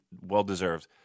Well-deserved